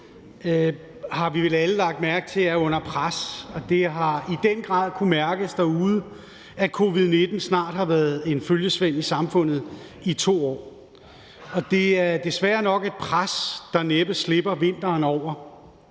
har vi vel alle lagt mærke til – og det har i den grad kunnet mærkes derude, at covid-19 snart har været en følgesvend i samfundet i 2 år. Det er desværre nok et pres, der næppe letter vinteren over.